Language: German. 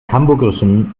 hamburgischem